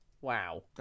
Wow